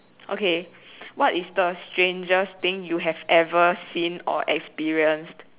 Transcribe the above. okay what is the strangest thing you have ever seen or experienced